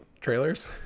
trailers